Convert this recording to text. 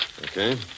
Okay